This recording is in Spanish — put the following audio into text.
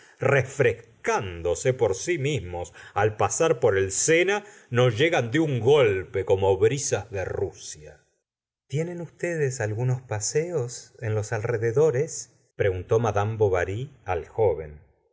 refrescándose por sí mismos al pasar por el sena nos llegan de un golpe como brisas de rusia tienen ustedes algunos paseos en los alrededores preguntó madame bovary al joven